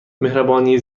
مهربانی